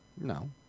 No